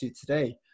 today